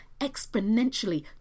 exponentially